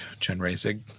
Chenrezig